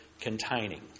containing